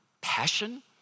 Passion